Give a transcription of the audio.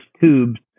tubes